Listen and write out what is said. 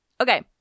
Okay